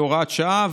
של הוראת שעה,